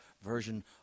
version